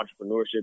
entrepreneurship